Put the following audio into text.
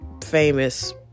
famous